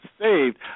saved